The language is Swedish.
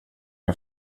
jag